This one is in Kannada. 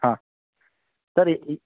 ಹಾಂ ಸರಿ ಈ